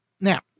now